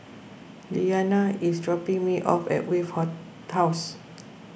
Leanna is dropping me off at Wave House